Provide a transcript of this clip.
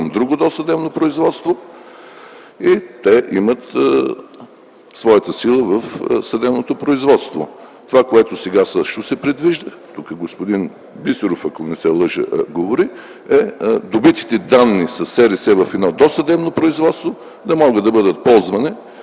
друго досъдебно производство, и те имат своята сила в съдебното производство. Това, което сега също се предвижда - тук господин Бисеров, ако не се лъжа, говори, е добитите данни със СРС в едно досъдебно производство да могат да бъдат ползвани